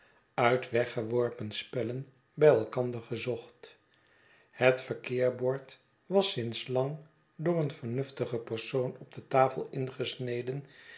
nit weggeworpen spellen bij elkander gezocht het verkeerbord was sinds lang door een vernuftigen persoon op de tafel ingesneden